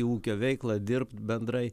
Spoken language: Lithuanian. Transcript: ūkio veiklą dirbt bendrai